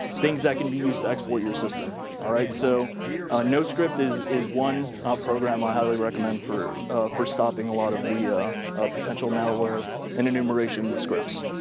things that can be used to exploit your system. so noscript is is one program i highly recommend for for stopping a lot of the potential malware and enumeration scripts.